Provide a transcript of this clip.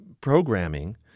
programming